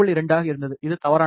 2 ஆக இருந்தது இது தவறானது